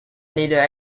neither